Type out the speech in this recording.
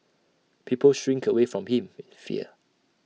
people shrink away from him in fear